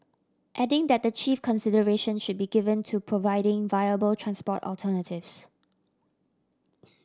adding that the chief consideration should be given to providing viable transport alternatives